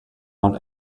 out